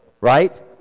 right